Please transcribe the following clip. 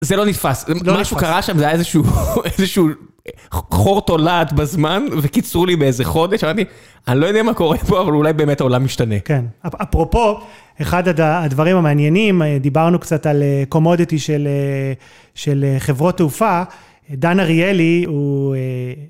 זה לא נתפס, משהו קרה שם, זה היה איזשהו חור תולעת בזמן וקיצרו לי באיזה חודש, אמרתי, אני לא יודע מה קורה פה, אבל אולי באמת העולם משתנה. כן. אפרופו, אחד הדברים המעניינים, דיברנו קצת על קומודיטי של חברות תעופה, דן אריאלי הוא...